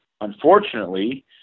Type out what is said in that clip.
unfortunately